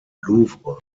louvre